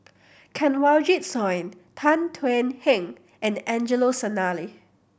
Kanwaljit Soin Tan Thuan Heng and Angelo Sanelli